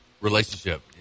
Relationship